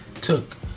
took